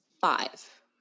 five